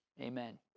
Amen